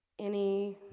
any